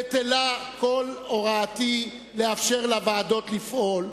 בטלה כל הוראתי לאפשר לוועדות לפעול.